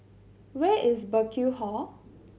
where is Burkill Hall